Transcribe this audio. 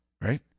Right